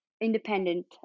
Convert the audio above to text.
independent